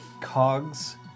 cogs